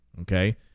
Okay